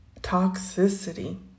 toxicity